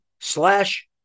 slash